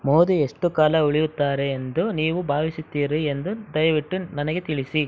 ಮೋದಿ ಎಷ್ಟು ಕಾಲ ಉಳಿಯುತ್ತಾರೆ ಎಂದು ನೀವು ಭಾವಿಸುತ್ತೀರಿ ಎಂದು ದಯವಿಟ್ಟು ನನಗೆ ತಿಳಿಸಿ